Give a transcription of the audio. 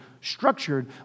structured